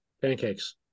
pancakes